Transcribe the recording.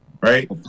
Right